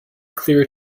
clear